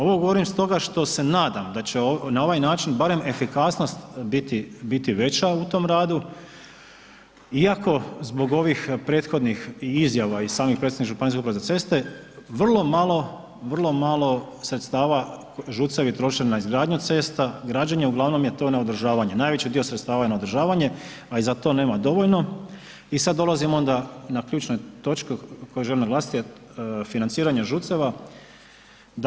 Ovo govorim stoga što se nadam da će na ovaj način barem efikasnost biti, biti veća u tom radu iako zbog ovih prethodnih izjava i samih predstavnika ŽUC vrlo malo, vrlo malo sredstava ŽUC-evi troše na izgradnju cesta, građenje, uglavnom je to na održavanje, najveći dio sredstava je na održavanje, a i za to nema dovoljno i sad dolazimo onda na ključne točke koje želim naglasiti, financiranje ŽUC-eva.